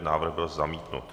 Návrh byl zamítnut.